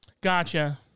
Gotcha